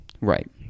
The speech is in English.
Right